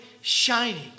shining